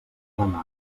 demà